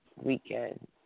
weekend